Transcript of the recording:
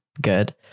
good